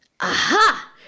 Aha